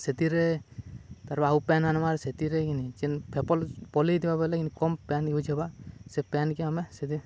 ସେଥିରେ ତ ଆଉ ପେନ୍ ଆନ୍ମା ଆର୍ ସେଥିରେ କିିନି ଯେନ୍ ଫେପଲ୍ ପଲେଇଥିବା ବଲେ କମ୍ ପେନ୍ ୟୁଜ୍ ହେବା ସେ ପେନ୍ କି ଆମେ ସେଥି